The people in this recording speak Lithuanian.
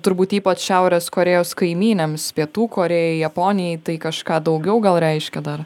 turbūt ypač šiaurės korėjos kaimynėms pietų korėjai japonijai tai kažką daugiau gal reiškia dar